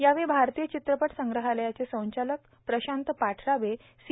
यावेळी भारतीय र्चव्रपट संग्रहालयाचे संचालक प्रशांत पाठराबे सी